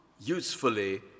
usefully